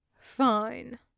Fine